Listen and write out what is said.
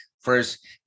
first